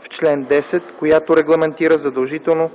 в чл. 10, която регламентира задължително